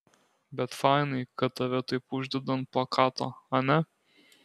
bet fainai kad tave taip uždeda ant plakato ane